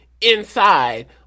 inside